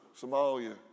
Somalia